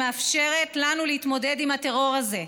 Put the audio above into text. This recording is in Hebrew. שמאפשרת לנו להתמודד עם הטרור הזה,